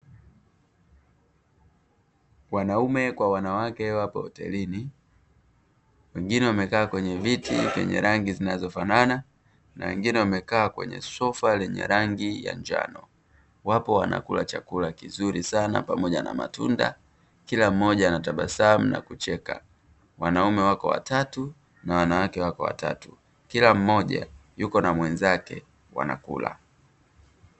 Wanaume kwa wanawake wapo hotelini, wamekaa kwenye viti vyenye rangi zinazofanana na wengine wamekaa kwenye sofa lenye rangi ya njano. Wapo wanakula chakula kizuri sana pamoja na matunda, kila mmoja anatabasamu na kucheka. Wanaume wapo watatu na wanawake wapo watatu, kila mmoja yuko na mwenzake wanakula.